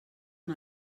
amb